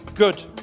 Good